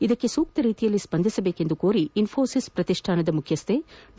ಇದಕ್ಕೆ ಸೂಕ್ಷ ರೀತಿಯಲ್ಲಿ ಸ್ಸಂದಿಸಬೇಕೆಂದು ಕೋರಿ ಇನ್ನೋಸಿಸ್ ಪ್ರತಿಷ್ಠಾನದ ಮುಖ್ಯಸ್ಥೆ ಡಾ